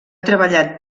treballat